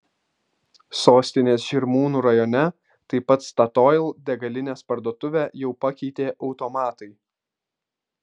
sostinės žirmūnų rajone taip pat statoil degalinės parduotuvę jau pakeitė automatai